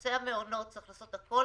בנושא המעונות צריך לעשות הכול